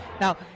Now